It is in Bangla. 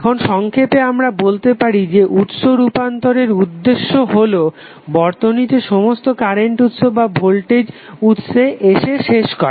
এখন সংক্ষেপে আমরা বলতে পারি যে উৎস রুপান্তরের উদ্দেশ্য হলো বর্তনীতে সমস্ত কারেন্ট উৎস বা ভোল্টেজ উৎসে এসে শেষ করা